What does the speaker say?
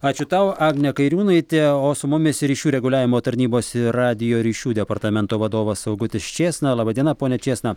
ačiū tau agnė kairiūnaitė o su mumis ryšių reguliavimo tarnybos ir radijo ryšių departamento vadovas augutis čėsna laba diena pone čėsna